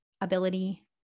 ability